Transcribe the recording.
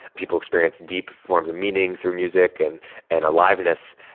people experience deep forms of meaning through music and and aliveness,